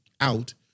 out